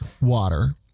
water